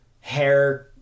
hair